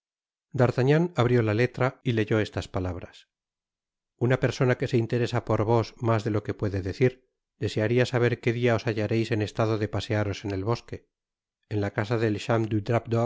abrió la letra y leyó estas palabras una persona que se interesa por vos mas de lo que puede decir desearía saber qué dia os hallareis en estado de pasearos en el bosque en la casa del